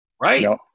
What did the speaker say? Right